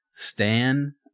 stan